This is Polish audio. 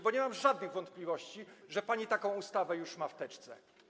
Bo nie mam żadnych wątpliwości, że pani taką ustawę już ma w teczce.